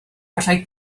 gallai